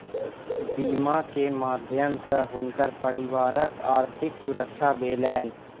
बीमा के माध्यम सॅ हुनकर परिवारक आर्थिक सुरक्षा भेलैन